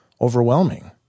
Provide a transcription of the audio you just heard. overwhelming